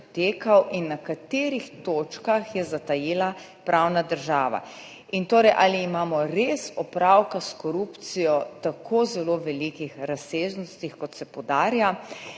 in na katerih točkah je zatajila pravna država in ali imamo res opravka s korupcijo tako zelo velikih razsežnosti, kot se poudarja.